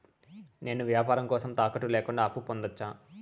నేను వ్యాపారం కోసం తాకట్టు లేకుండా అప్పు పొందొచ్చా?